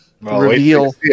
reveal